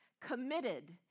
committed